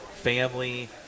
family